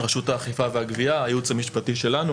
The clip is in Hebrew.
רשות האכיפה והגבייה, הייעוץ המשפטי שלנו